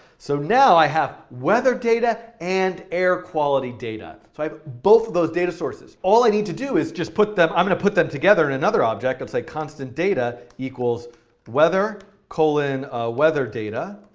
so now i have weather data and air quality data. so i have both of those data sources. all i need to do is just put them i'm going to put them together in another object. i'll say constant data equals weather colon weather data.